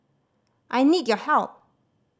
I need your help